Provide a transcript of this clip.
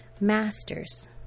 master's